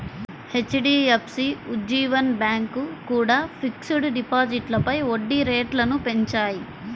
HDFC, Ujjivan bank కూడా fixed డిపాజిట్లపై వడ్డీ రేట్లను పెంచాయి